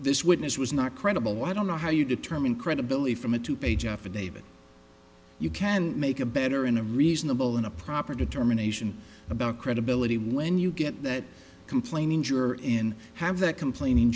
this witness was not credible i don't know how you determine credibility from a two page affidavit you can make a better in a reasonable and a proper determination about credibility when you get that complaining you're in have the complaining